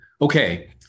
okay